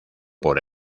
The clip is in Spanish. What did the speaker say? por